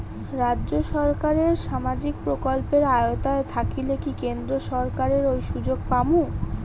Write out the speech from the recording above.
রাজ্য সরকারের সামাজিক প্রকল্পের আওতায় থাকিলে কি কেন্দ্র সরকারের ওই সুযোগ পামু?